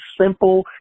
simple